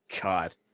god